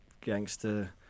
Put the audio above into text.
gangster